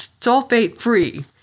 sulfate-free